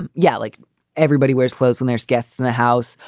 and yeah. like everybody wears clothes when there's guests in the house.